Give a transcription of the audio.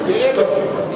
גאה בזה.